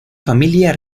familia